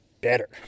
better